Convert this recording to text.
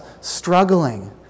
struggling